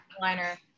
liner